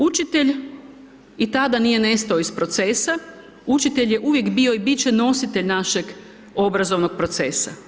Učitelj i tada nije nestao iz procesa, učitelj je uvijek bio i bit će nositelj našeg obrazovnog procesa.